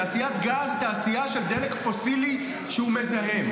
תעשיית גז היא תעשייה של דלק פוסילי שהוא מזהם.